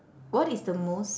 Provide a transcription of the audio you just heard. what is the most